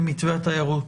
למתווה התיירות.